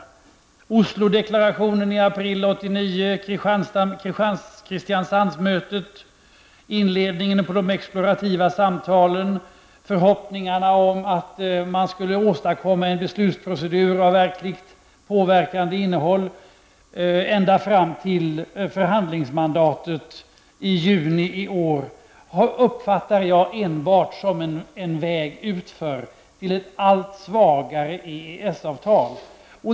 Allt ifrån Oslodeklarationen i april 1989, Kristiansandsmötet, inledningen till de explorativa samtalen, förhoppningarna om att man skulle åstadkomma en beslutsprocedur med verkligen påverkande innehåll och till förhandlingsmandatet i juni i år uppfattar jag enbart som en väg utför, mot ett allt svagare EES-avtal.